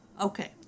Okay